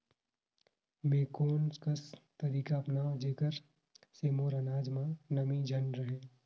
मैं कोन कस तरीका अपनाओं जेकर से मोर अनाज म नमी झन रहे?